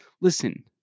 listen